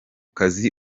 kazi